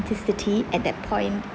authenticity at that point